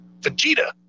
Vegeta